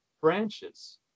branches